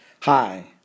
Hi